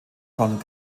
von